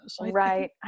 Right